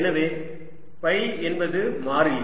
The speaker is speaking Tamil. எனவே ஃபை என்பது மாறிலி